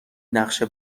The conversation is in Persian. نقشه